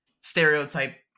stereotype